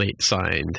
signed